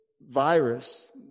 virus